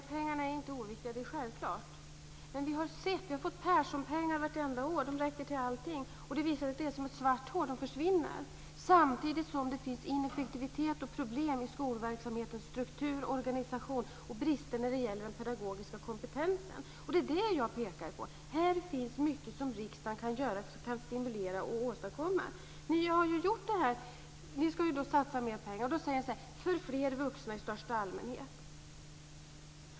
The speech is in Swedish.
Fru talman! Det är självklart att pengarna inte är oviktiga. Vi har fått Perssonpengar varje år. De räcker till allting. Det är som ett svart hål; de försvinner, samtidigt som det finns ineffektivitet och problem i skolverksamhetens struktur, organisation och brister när det gäller den pedagogiska kompetensen. Det är det jag pekar på. Här finns mycket som riksdagen kan göra för att stimulera. Ni säger att ni ska satsa mer pengar för fler vuxna i största allmänhet.